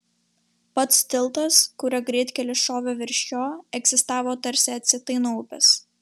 pats tiltas kuriuo greitkelis šovė virš jo egzistavo tarsi atsietai nuo upės